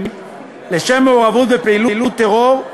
למעורבות בפעילות טרור,